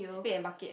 spade and bucket